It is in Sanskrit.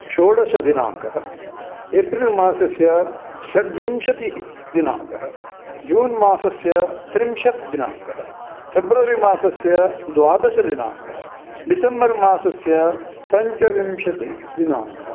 षोडशदिनाङ्कः एप्रिल्मासस्य षट्विंशतिः दिनाङ्कः जूनमासस्य त्रिंशत् दिनाङ्कः फ़ेब्रवरिमासस्य द्वादशदिनाङ्कः डिसेब्मर् मासस्य पञ्चविंशतिदिनाङ्कः